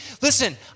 listen